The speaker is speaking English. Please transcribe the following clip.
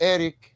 Eric